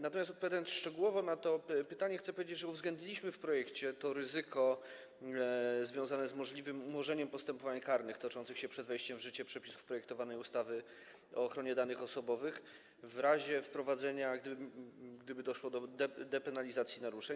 Natomiast odpowiadając szczegółowo na to pytanie, chcę powiedzieć, że uwzględniliśmy w projekcie ryzyko związane z możliwym umorzeniem postępowań karnych toczących się przed wejściem w życie przepisów projektowanej ustawy o ochronie danych osobowych - w razie jej wprowadzenia, gdyby doszło do depenalizacji naruszeń.